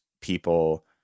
people